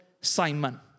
Simon